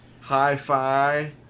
hi-fi